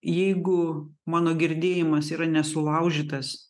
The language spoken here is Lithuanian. jeigu mano girdėjimas yra nesulaužytas